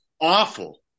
Awful